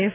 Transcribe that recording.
F